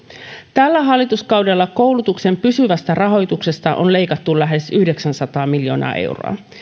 tällä hallituskaudella koulutuksen pysyvästä rahoituksesta on leikattu lähes yhdeksänsataa miljoonaa euroa